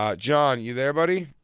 um john, you there, buddy?